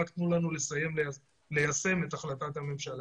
רק תנו לנו לסיים ליישם את החלטת הממשלה.